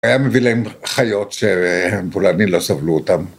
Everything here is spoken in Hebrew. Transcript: היה מביא להם חיות שהפולנים לא סבלו אותם